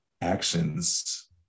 actions